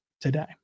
today